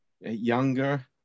younger